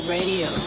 Radio